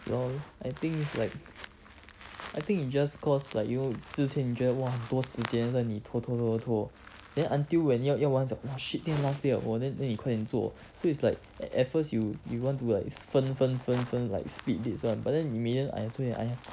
well I think it's like I think you just scores like you know 之前你觉得 !wah! 很多时间多在你拖拖拖拖拖 then until when 要要完脚 !wah! shit 今天 last day liao !whoa! then 你快点做 so it's like at first you you want to like 分分分分 like split dates lah but then 你每天 !aiya!